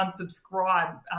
unsubscribe